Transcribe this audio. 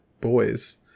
boys